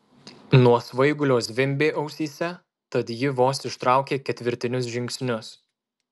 nuo svaigulio zvimbė ausyse tad ji vos ištraukė ketvirtinius žingsnius